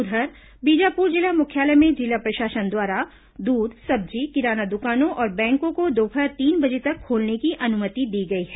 उधर बीजापुर जिला मुख्यालय में जिला प्रशासन द्वारा दूध सब्जी किराना दुकानों और बैंकों को दोपहर तीन बजे तक खोलने अनुमति दी गई है